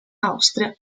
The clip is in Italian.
austria